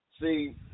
see